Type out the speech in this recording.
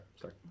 Sorry